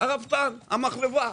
הרפתן, המחלבה.